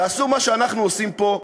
תעשו מה שאנחנו עושים פה,